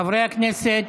חברי הכנסת